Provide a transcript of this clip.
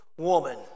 Woman